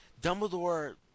Dumbledore